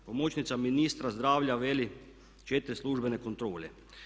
Pomoćnica ministra zdravlja veli, 4 službene kontrole.